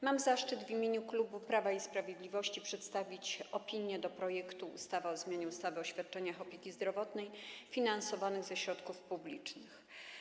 Mam zaszczyt w imieniu klubu Prawa i Sprawiedliwości przedstawić opinię co do projektu ustawy o zmianie ustawy o świadczeniach opieki zdrowotnej finansowanych ze środków publicznych.